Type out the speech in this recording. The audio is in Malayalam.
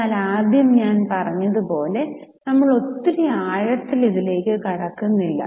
എന്നാൽ ആദ്യം ഞാൻ പറഞ്ഞത് പോലെ നമ്മൾ ഒത്തിരി ആഴത്തിൽ ഇതിലേക്ക് കടക്കുന്നില്ല